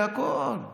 בהכול.